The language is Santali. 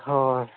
ᱦᱳᱭ